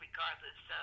regardless